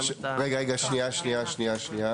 רגע, שנייה, שנייה.